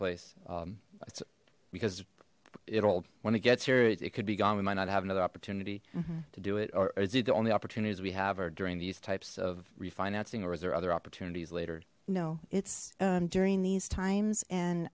place it's because it'll when it gets here it could be gone we might not have another opportunity to do it or is it the only opportunities we have or during these types of refinancing or is there other opportunities later no it's during these times and